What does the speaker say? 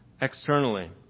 externally